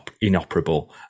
inoperable